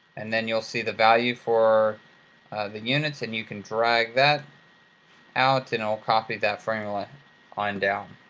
and then you'll see the value for the units, and you can drag that out and it'll copy that formula on down.